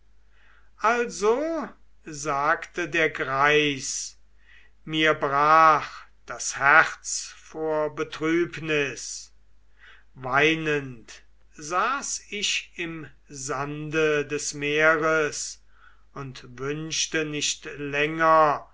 also sagte der greis mir brach das herz vor betrübnis weinend saß ich im sande des meers und wünschte nicht länger